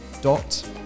dot